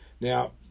now